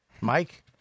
Mike